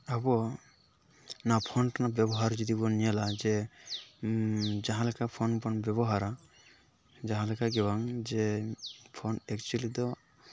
ᱟᱵᱚ ᱱᱚᱣᱟ ᱯᱷᱳᱱ ᱴᱳᱱ ᱵᱮᱵᱚᱦᱟᱨ ᱡᱩᱫᱤ ᱵᱚᱱ ᱧᱮᱞᱟ ᱡᱮ ᱡᱟᱦᱟᱸ ᱞᱮᱠᱟ ᱯᱷᱳᱱ ᱵᱚᱱ ᱵᱮᱵᱚᱦᱟᱨᱟ ᱡᱟᱦᱟᱸ ᱞᱮᱠᱟ ᱜᱮᱵᱟᱝ ᱡᱮ ᱯᱷᱳᱱ ᱮᱠᱪᱩᱣᱮᱞᱤ ᱫᱚ